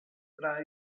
tra